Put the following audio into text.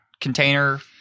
container